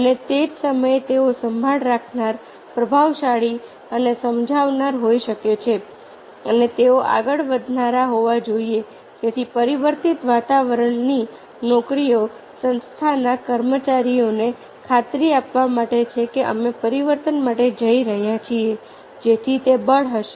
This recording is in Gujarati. અને તે જ સમયે તેઓ સંભાળ રાખનાર પ્રભાવશાળી અને સમજાવનાર હોઈ શકે છે અને તેઓ આગળ વધનારા હોવા જોઈએ જેથી પરિવર્તિત વાતાવરણની નોકરીઓ સંસ્થાના કર્મચારીઓને ખાતરી આપવા માટે છે કે અમે પરિવર્તન માટે જઈ રહ્યા છીએ જેથી તે બળ હશે